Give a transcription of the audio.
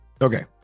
Okay